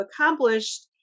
accomplished